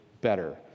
better